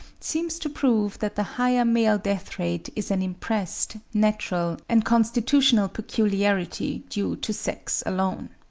seems to prove that the higher male death-rate is an impressed, natural, and constitutional peculiarity due to sex alone.